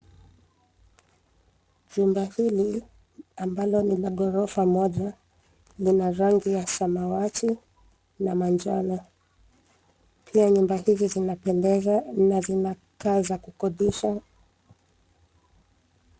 Chumba hili, ambalo ni la ghorofa moja lina rangi ya samawati na manjano. Pia nyumba hizi zinapendeza na zinakaa za kukodesha.